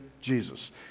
Jesus